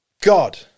God